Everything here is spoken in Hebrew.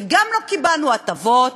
וגם לא קיבלנו הטבות,